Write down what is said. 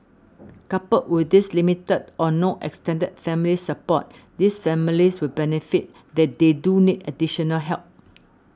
coupled with this limited or no extended family support these families would benefit that they do need additional help